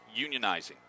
unionizing